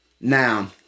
now